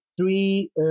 three